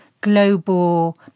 global